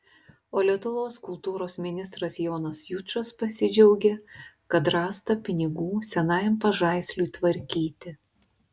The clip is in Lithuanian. o lietuvos kultūros ministras jonas jučas pasidžiaugė kad rasta pinigų senajam pažaisliui tvarkyti